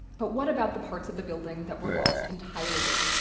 but what about the parts of the building that were lost entirely?